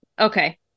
okay